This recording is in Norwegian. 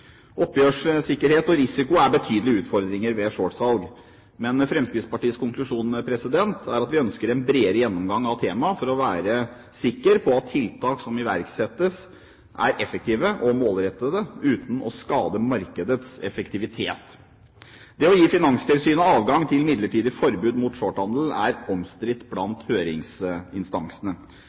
Oppgjørssikkerhet og risiko er betydelige utfordringer ved shortsalg, men Fremskrittspartiets konklusjon er at vi ønsker en bredere gjennomgang av temaet for å være sikker på at tiltak som iverksettes, er effektive og målrettede uten å skade markedets effektivitet. Det å gi Finanstilsynet adgang til midlertidig forbud mot shorthandel er omstridt blant høringsinstansene.